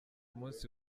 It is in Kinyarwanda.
munsi